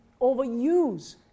overuse